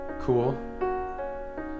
cool